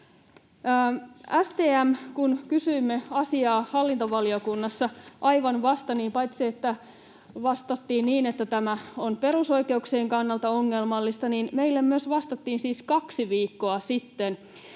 Kun kysyimme STM:ltä asiaa hallintovaliokunnassa aivan vasta, niin paitsi, että vastattiin niin, että tämä on perusoikeuksien kannalta ongelmallista, niin meille myös vastattiin — siis kaksi viikkoa sitten